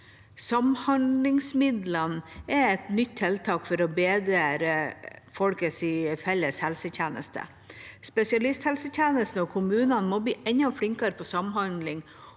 Samhandlingsmidlene er et nytt tiltak for å bedre folks felles helsetjeneste. Spesialisthelsetjenesten og kommunene må bli enda flinkere på samhandling,